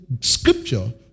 scripture